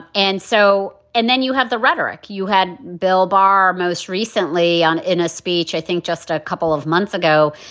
and so and then you have the rhetoric. you had bill barr most recently on in a speech, i think just a couple of months ago,